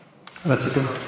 רצית?